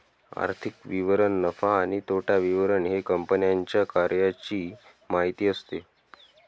आर्थिक विवरण नफा आणि तोटा विवरण हे कंपन्यांच्या कार्याची माहिती असते